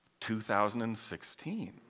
2016